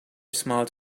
smiled